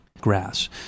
grass